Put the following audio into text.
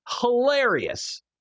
hilarious